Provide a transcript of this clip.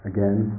Again